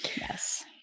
yes